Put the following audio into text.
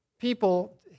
people